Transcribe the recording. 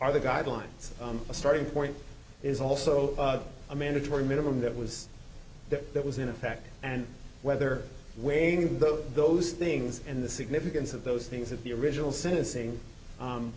are the guidelines a starting point is also a mandatory minimum that was that that was in effect and whether wearing those those things and the significance of those things that the original sentencing